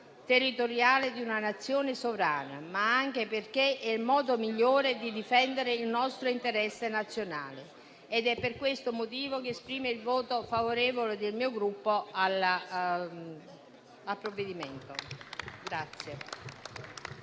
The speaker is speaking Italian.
territoriale di una Nazione sovrana, ma anche perché è il modo migliore di difendere il nostro interesse nazionale. È per questo motivo che esprimo il voto favorevole del mio Gruppo alla proposta di